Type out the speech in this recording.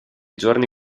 giorni